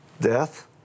Death